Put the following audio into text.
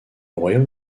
royaume